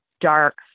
dark